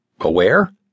aware